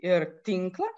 ir tinklą